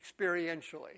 experientially